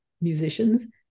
musicians